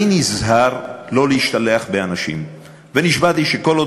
אני נזהר לא להשתלח באנשים ונשבעתי שכל עוד